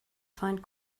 find